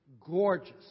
gorgeous